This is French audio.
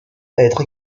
être